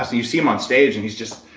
ah you see him on stage and he's just.